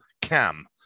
cam